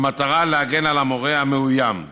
במטרה להגן על המורה המאוים.